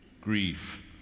grief